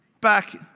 back